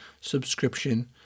subscription